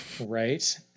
right